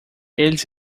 eles